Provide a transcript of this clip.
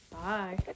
bye